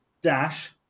Dash